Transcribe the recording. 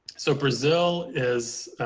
so brazil is,